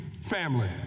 family